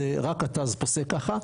זה רק הט"ז פוסק כמוך,